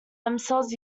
themselves